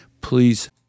please